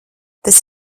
tas